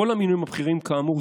כל המינויים הבכירים כאמור,